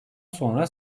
sonra